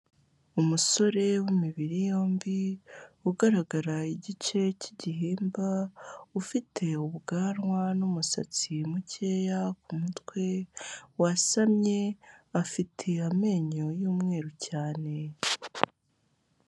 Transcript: Umusore w'imibiri yombi ugaragara igice k'igihimba ufite ubwanwa n'umusatsi mukeya ku mutwe wasamye, afite amenyo y'umweru cyane.